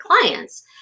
clients